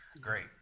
great